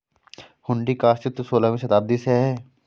हुंडी का अस्तित्व सोलहवीं शताब्दी से है